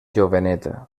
joveneta